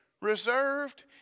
reserved